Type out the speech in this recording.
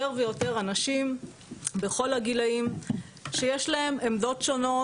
ויותר אנשים בכל הגילים שיש להם עמדות שונות,